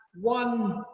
one